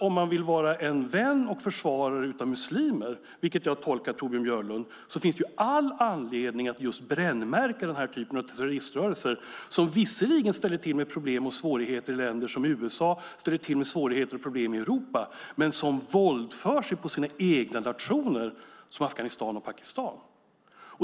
Om man vill vara vän och försvarare av muslimer, vilket jag tolkar Torbjörn Björlund, finns det all anledning att brännmärka just den typen av terroriströrelser, som visserligen ställer till med problem och svårigheter i länder som USA och i Europa men som våldför sig på sina egna nationer som Afghanistan och Pakistan.